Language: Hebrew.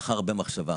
לאחר הרבה מחשבה.